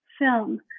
film